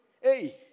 Hey